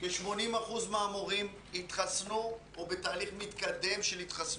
כ-80% מהמורים התחסנו או בתהליך מתקדם של התחסנות.